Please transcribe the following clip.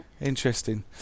Interesting